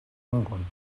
england